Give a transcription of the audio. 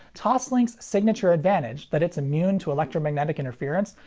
toslink's signature advantage, that it's immune to electromagnetic interference,